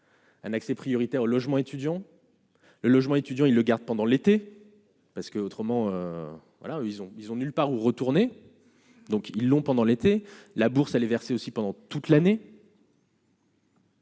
un accès prioritaire au logement étudiant le logement étudiant, ils le gardent pendant l'été parce que autrement, voilà, ils ont, ils ont nulle part où retourner, donc ils l'ont, pendant l'été, la bourse allait verser aussi pendant toute l'année.